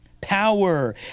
power